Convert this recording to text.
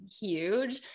huge